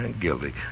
Guilty